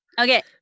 Okay